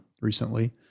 recently